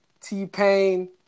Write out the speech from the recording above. T-Pain